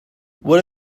what